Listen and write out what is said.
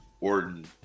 Orton